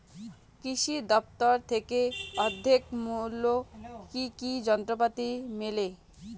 কৃষি দফতর থেকে অর্ধেক মূল্য কি কি যন্ত্রপাতি মেলে?